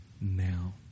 now